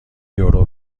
یورو